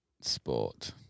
sport